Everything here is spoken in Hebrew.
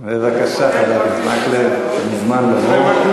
בבקשה, חבר הכנסת מקלב, אתה מוזמן לבוא.